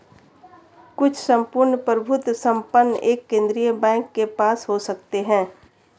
कुछ सम्पूर्ण प्रभुत्व संपन्न एक केंद्रीय बैंक के पास हो सकते हैं